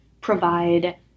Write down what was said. provide